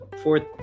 fourth